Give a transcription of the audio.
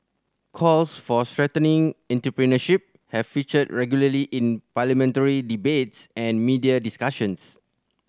calls for strengthening entrepreneurship have featured regularly in parliamentary debates and media discussions